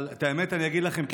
אבל אגיד לכם את האמת,